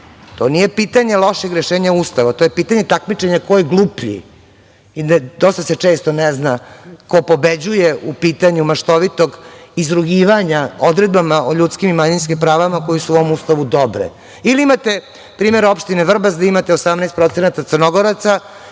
To nije pitanje lošeg rešanja Ustava, to je pitanje takmičenja ko je gluplji. Dosta se često ne zna ko pobeđuje u pitanju maštovitog izrugivanja odredbama o ljudskim i manjinskim pravima koje su u ovom Ustavu dobre. Ili imate primer opštine Vrbas, gde imate 18% procenata Crnogoraca